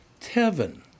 Tevin